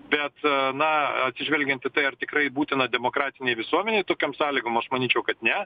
bet na atsižvelgiant į tai ar tikrai būtina demokratinėj visuomenėj tokiom sąlygom aš manyčiau kad ne